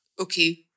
Okay